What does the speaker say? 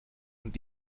und